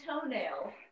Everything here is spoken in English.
toenail